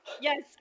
yes